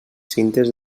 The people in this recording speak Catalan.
cintes